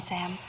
Sam